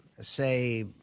say